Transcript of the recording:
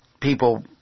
people